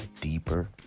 deeper